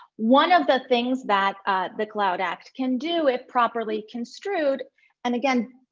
one of the things that the cloud act can do if properly construed and, again,